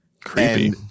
Creepy